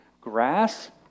grass